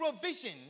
provision